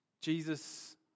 Jesus